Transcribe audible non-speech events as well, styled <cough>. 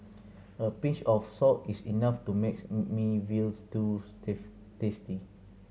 a pinch of salt is enough to make me veal stew <unintelligible> tasty